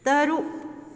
ꯇꯔꯨꯛ